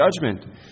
judgment